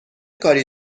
کاری